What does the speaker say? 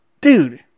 Dude